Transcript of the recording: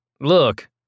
Look